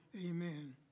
Amen